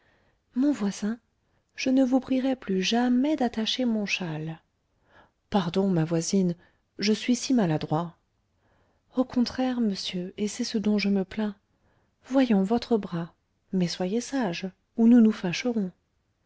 mon voisin je ne vous prierai plus jamais d'attacher mon châle pardon ma voisine je suis si maladroit au contraire monsieur et c'est ce dont je me plains voyons votre bras mais soyez sage ou nous nous